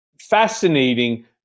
fascinating